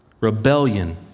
Rebellion